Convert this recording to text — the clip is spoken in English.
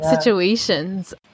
situations